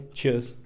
Cheers